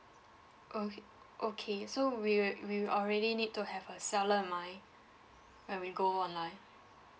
okay okay so we will we already need to have a seller in mind when we go online